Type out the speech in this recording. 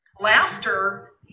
laughter